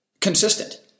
consistent